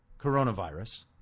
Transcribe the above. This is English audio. coronavirus